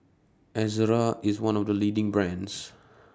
Ezerra IS one of The leading brands